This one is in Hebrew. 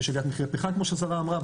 יש עליית מחירי פחם כמו שהשרה אמרה,